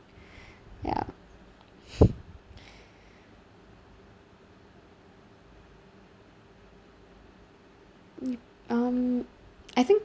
ya mm um I think